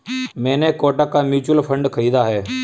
मैंने कोटक का mutual fund खरीदा है